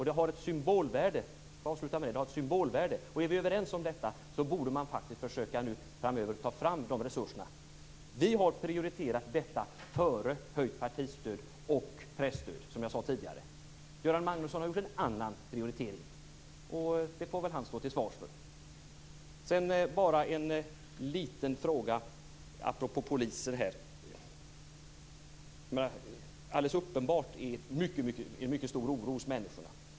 Det har ett symbolvärde. Är vi överens om detta borde man försöka framöver ta fram de resurser som behövs. Vi har prioriterat detta före höjt partistöd och presstöd, som jag sade tidigare. Göran Magnusson har gjort en annan prioritering, och det får väl han stå till svars för. En liten fråga apropå polisen. Det finns alldeles uppenbart en mycket stor oro hos människorna.